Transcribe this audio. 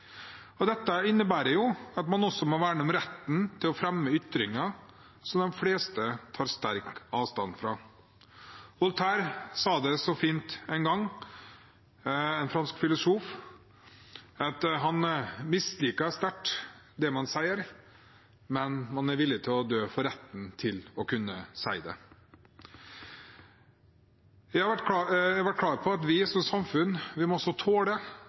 misliker. Dette innebærer at en også må verne om retten til å fremme ytringer som de fleste tar sterkt avstand fra. Voltaire, en fransk filosof, sa det så fint en gang, at han kunne mislike sterkt det noen sier, men at han var villig til å dø for retten til å kunne si det. Jeg har vært klar på at vi som samfunn må tåle ytringer som både kan provosere og også